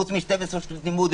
חוץ מ-12 שנות לימוד,